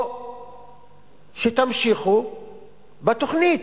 או שתמשיכו בתוכנית.